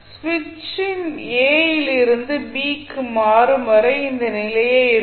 சுவிட்ச் a யிலிருந்து b க்கு மாறும் வரை இந்த நிலையே இருக்கும்